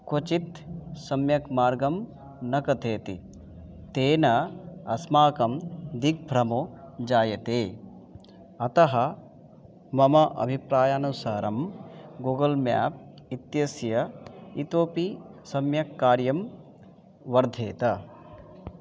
क्वचित् सम्यक् मार्गं न कथयति तेन अस्माकं दिग्भ्रमो जायते अतः मम अभिप्रायानुसारं गूगल् म्याप् इत्यस्य इतोपि सम्यक् कार्यं वर्धेत